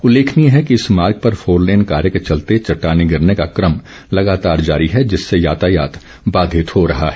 उल्लेखनीय है कि इस मार्ग पर फोरलेन कार्य के चलते चट्टाने गिरने का क्रम लगातार जारी है जिससे लगातार यातायात बाधित हो रहा है